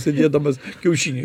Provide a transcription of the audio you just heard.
sėdėdamas kiaušinį